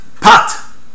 pot